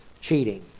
cheating